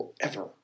forever